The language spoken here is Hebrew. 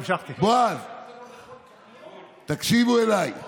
ההסדר אף מאפשר למספר לא מבוטל של שרים וסגני שרים